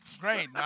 Great